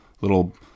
Little